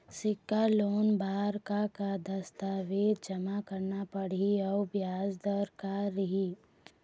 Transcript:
सिक्छा लोन बार का का दस्तावेज जमा करना पढ़ही अउ ब्याज दर का रही?